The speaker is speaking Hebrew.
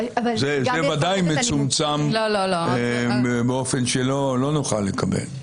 זה ודאי מצומצם באופן שלא נוכל לקבל.